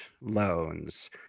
loans